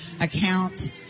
account